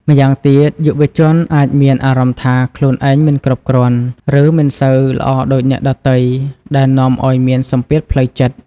ម្យ៉ាងទៀតយុវជនអាចមានអារម្មណ៍ថាខ្លួនឯងមិនគ្រប់គ្រាន់ ឬមិនសូវល្អដូចអ្នកដទៃ ដែលនាំឲ្យមានសម្ពាធផ្លូវចិត្ត។